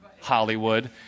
Hollywood